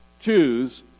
choose